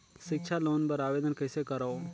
सिक्छा लोन बर आवेदन कइसे करव?